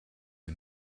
you